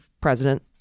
President